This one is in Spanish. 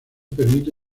permite